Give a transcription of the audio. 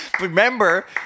Remember